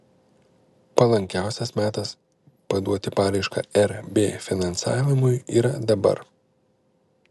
palankiausias metas paduoti paraišką rb finansavimui yra dabar